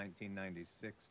1996